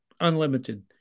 unlimited